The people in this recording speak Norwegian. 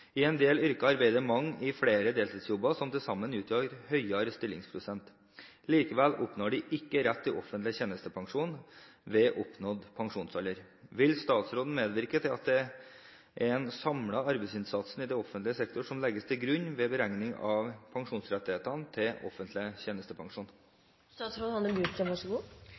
i uken. I en del yrker arbeider mange i flere deltidsjobber som til sammen utgjør høyere stillingsprosent. Allikevel oppnår de ikke rett til offentlig tjenestepensjon ved oppnådd pensjonsalder. Vil statsråden medvirke til at det er den samlede arbeidsinnsatsen i offentlig sektor som legges til grunn ved beregning av pensjonsrettigheter til offentlig tjenestepensjon?»